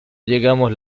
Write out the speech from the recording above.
llegamos